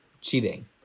cheating